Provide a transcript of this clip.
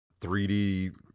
3d